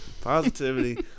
Positivity